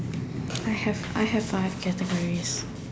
I have I have five categories